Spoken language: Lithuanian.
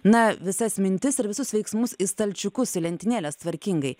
na visas mintis ir visus veiksmus į stalčiukus į lentynėles tvarkingai